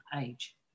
age